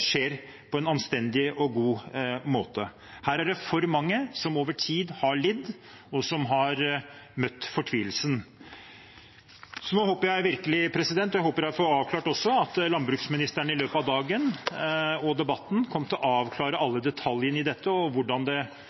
skjer på en anstendig og god måte. Her er det for mange som over tid har lidd, og som har møtt fortvilelsen. Nå håper jeg virkelig at landbruksministeren i løpet av dagen og debatten kommer til å avklare alle detaljene i dette, hvordan det nå skal jobbes med å gjennomføre disse fire forslagene, og hvordan